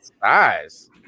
size